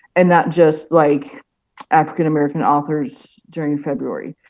and not just like african american authors during february,